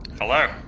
Hello